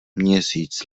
měsíc